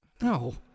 No